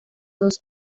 dos